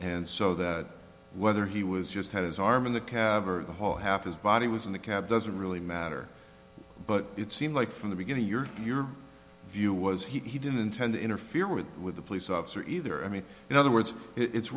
and so that whether he was just had his arm in the cab or the whole half his body was in the cab doesn't really matter but it seemed like from the beginning your your view was he didn't intend to interfere with with the police officer either i mean in other words it's